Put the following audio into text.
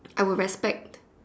I would respect